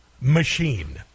machine